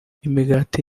imigati